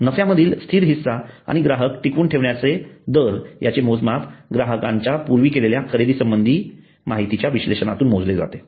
नफ्यामधील स्थिर हिस्सा आणि ग्राहक टिकवून ठेवण्याचा दर याचे मोजमाप ग्राहकांच्या पूर्वी केलेल्या खरेदी संबंधी माहितीच्या विश्लेषणातून मोजले जातात